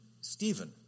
Stephen